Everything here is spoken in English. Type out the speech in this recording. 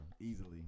Easily